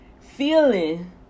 feeling